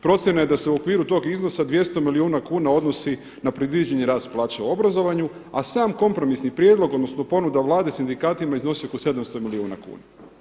Procjena je da se u okviru tog iznosa 200 milijuna kuna odnosi na predviđeni rast plaće u obrazovanju, a sam kompromisni prijedlog, odnosno ponuda Vlade sindikatima iznosi oko 700 milijuna kuna.